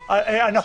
למחר.